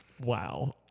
Wow